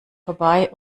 vorbei